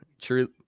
True